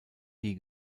nie